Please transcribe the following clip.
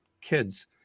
kids